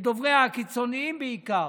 את דובריה הקיצוניים בעיקר,